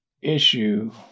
issue